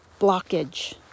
Blockage